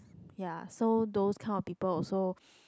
ya so those kind of people also